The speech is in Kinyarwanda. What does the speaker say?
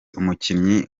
umukinnyi